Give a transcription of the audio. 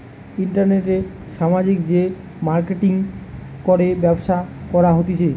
ইন্টারনেটে সামাজিক যে মার্কেটিঙ করে ব্যবসা করা হতিছে